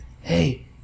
hey